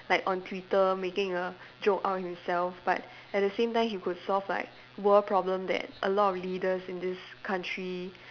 like on Twitter making a joke out of himself but at the same time he could solve like world problem that a lot of leaders in this country